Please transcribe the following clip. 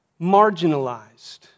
marginalized